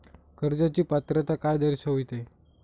कर्जाची पात्रता काय दर्शविते?